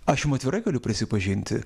aš jum atvirai galiu prisipažinti